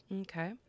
Okay